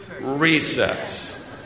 Recess